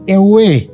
away